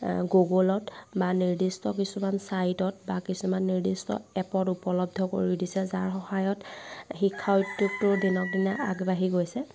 আ গুগল'ত বা নিৰ্দিষ্ট কিছুমান চাইটত বা কিছুমান নিৰ্দিষ্ট এপত উপলব্ধ কৰি দিছে যাৰ সহায়ত শিক্ষা উদ্যোগটোৰ দিনক দিনে আগবাঢ়ি গৈছে